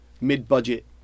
mid-budget